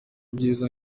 byiza